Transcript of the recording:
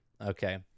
Okay